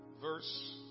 verse